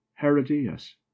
herodias